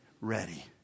ready